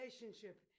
relationship